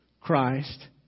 Christ